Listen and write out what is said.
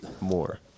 more